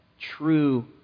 true